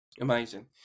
Amazing